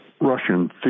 Russian